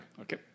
Okay